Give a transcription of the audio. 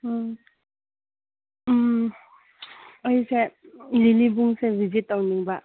ꯎꯝ ꯎꯝ ꯑꯩꯁꯦ ꯂꯤꯂꯤꯕꯨꯡꯁꯦ ꯚꯤꯖꯤꯠ ꯇꯧꯅꯤꯡꯕ